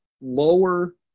lower